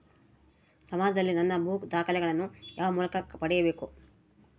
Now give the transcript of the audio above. ಸಮಾಜದಲ್ಲಿ ನನ್ನ ಭೂ ದಾಖಲೆಗಳನ್ನು ಯಾವ ಮೂಲಕ ಪಡೆಯಬೇಕು?